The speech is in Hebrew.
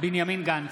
בנימין גנץ,